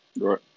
right